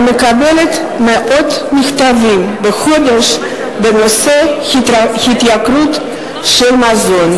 אני מקבלת מאות מכתבים בחודש בנושא ההתייקרות של מזון,